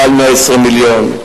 מעל 120 מיליון,